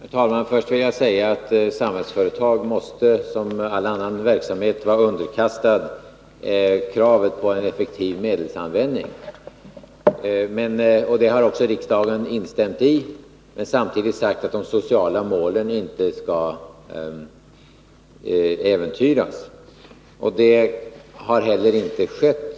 Herr talman! Först vill jag säga att Samhällsföretag måste, som all annan verksamhet, vara underkastad kravet på en effektiv medelsanvändning. Det har också riksdagen instämt i, men samtidigt sagt att de sociala målen inte skall äventyras. Det har heller inte skett.